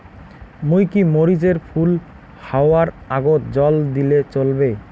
মুই কি মরিচ এর ফুল হাওয়ার আগত জল দিলে চলবে?